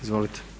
Izvolite.